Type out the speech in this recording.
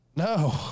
No